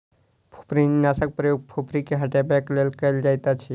फुफरीनाशकक प्रयोग फुफरी के हटयबाक लेल कयल जाइतअछि